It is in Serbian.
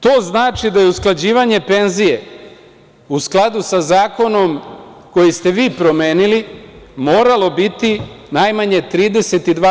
To znači da je usklađivanje penzije u skladu sa zakonom koji ste vi promenili moralo biti najmanje 32%